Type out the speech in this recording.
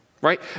Right